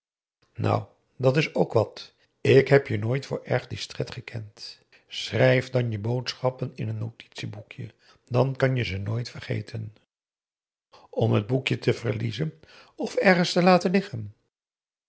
nou dat is ook wat ik heb je nooit voor erg distrait gekend schrijf dan je boodschappen in een notitieboekje dan kan je ze nooit vergeten om het boekje te verliezen of ergens te laten liggen